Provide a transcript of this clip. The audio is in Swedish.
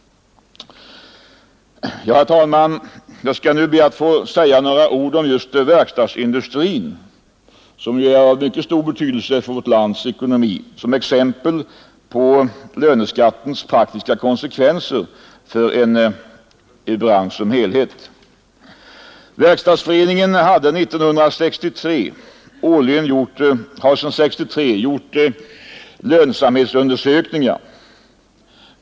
Herr talman! Jag skall nu be att få säga några ord om just verkstadsindustrin — vilken ju är av mycket stor betydelse för vårt lands ekonomi — som exempel på löneskattens praktiska konsekvenser för en bransch som helhet. Verkstadsföreningen har sedan 1963 årligen gjort lönsamhetsundersökningar.